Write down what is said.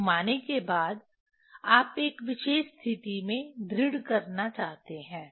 घूमाने के बाद आप एक विशेष स्थिति में दृढ़ करना चाहते हैं